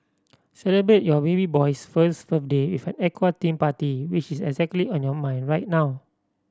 celebrate your baby boy's first birthday with an aqua theme party which is exactly on your mind right now